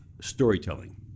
storytelling